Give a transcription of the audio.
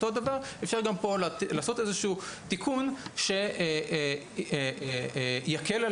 אותו דבר אפשר גם פה לעשות איזשהו תיקון שיקל על